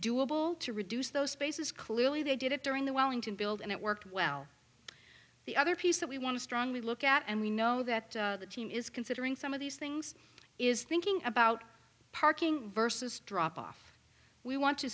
doable to reduce those spaces clearly they did it during the wellington build and it worked well the other piece that we want to strongly look at and we know that the team is considering some of these things is thinking about parking versus drop off we want to